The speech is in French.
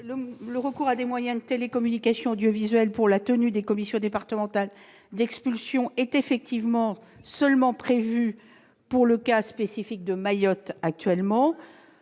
Le recours à des moyens de télécommunications audiovisuelles pour la tenue des commissions départementales d'expulsion est actuellement seulement prévu pour le cas spécifique de Mayotte. Toutefois,